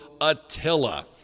Attila